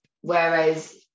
whereas